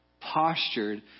postured